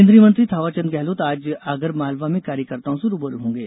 केंद्रीय मंत्री थावरचंद गहलोत आज आगर मालवा में कार्यकर्ताओं से रूबरू होंगे